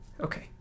Okay